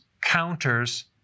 counters